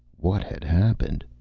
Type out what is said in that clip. what had happened?